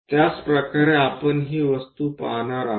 त्याचप्रकारे आपण हि वस्तू पाहणार आहोत